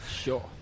Sure